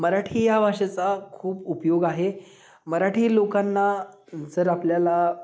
मराठी ह्या भाषेचा खूप उपयोग आहे मराठी लोकांना जर आपल्याला